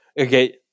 Okay